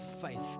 faith